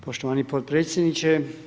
Poštovani potpredsjendiče.